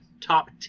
top